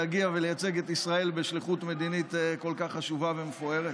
להגיע ולייצג את ישראל בשליחות מדינית כל כך חשובה ומפוארת?